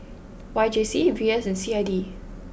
Y J C V S and C I D